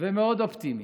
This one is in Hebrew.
מאוד אופטימי,